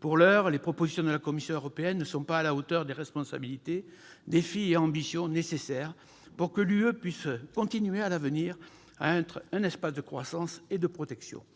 Pour l'heure, les propositions de la Commission européenne ne sont pas à la hauteur des responsabilités, défis et ambitions nécessaires pour que l'Union puisse continuer à être un espace de croissance et de protection.